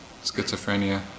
schizophrenia